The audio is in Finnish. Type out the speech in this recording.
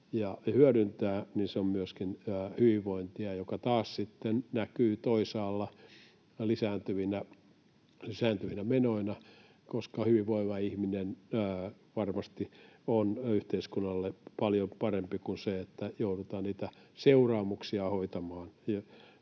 ja hyödyntää, niin se on myöskin hyvinvointia, joka taas sitten näkyy toisaalla lisääntyvinä menoina, koska hyvinvoiva ihminen varmasti on yhteiskunnalle paljon parempi kuin se, että joudutaan niitä seuraamuksia hoitamaan,